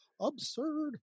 absurd